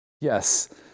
Yes